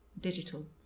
digital